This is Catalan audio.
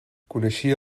coneixia